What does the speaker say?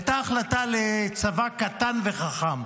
הייתה החלטה על צבא קטן וחכם.